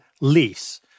lease